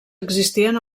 existien